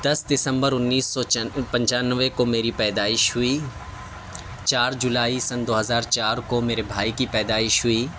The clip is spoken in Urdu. دس دسمبر انّیس سو چن پنچانوے کو میری پیدائش ہوئی چار جولائی سن دو ہزار چار کو میرے بھائی کی پیدائش ہوئی